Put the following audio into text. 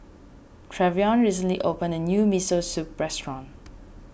Trevion recently opened a new Miso Soup restaurant